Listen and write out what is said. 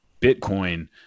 Bitcoin